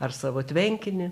ar savo tvenkinį